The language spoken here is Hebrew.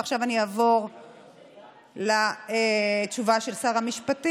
ועכשיו אני אעבור לתשובה של שר המשפטים,